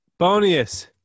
Bonius